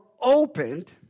opened